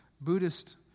Buddhist